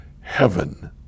heaven